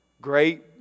great